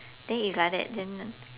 then if like that then